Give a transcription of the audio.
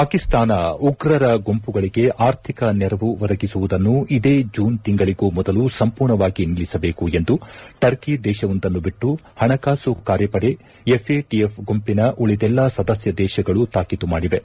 ಪಾಕಿಸ್ತಾನ ಉಗ್ರರ ಗುಂಪುಗಳಿಗೆ ಆರ್ಥಿಕ ನೆರವು ಒದಗಿಸುವುದನ್ನು ಇದೇ ಜೂನ್ ತಿಂಗಳಿಗೂ ಮೊದಲು ಸಂಪೂರ್ಣವಾಗಿ ನಿಲ್ಲಿಸಬೇಕು ಎಂದು ಟರ್ಕಿ ದೇಶವೊಂದನ್ನು ಬಿಟ್ಟು ಹಣಕಾಸು ಕಾರ್ಯಪದೆ ಎಫ್ಎಟಿಎಫ್ ಗುಂಪಿನ ಉಳಿದೆಲ್ಲಾ ಸದಸ್ಯ ದೇಶಗಳು ತಾಕೀತು ಮಾದಿವೆ